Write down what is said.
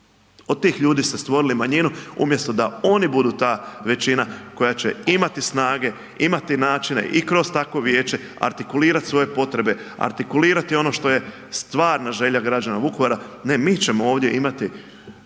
od tih ljudi ste stvorili manjinu. Umjesto da oni budu ta većina koja će imati snage, imati načine i kroz takvo vijeće artikulirati svoje potrebe, artikulirati ono što je stvarna želja građana Vukovara, ne, mi ćemo ovdje imati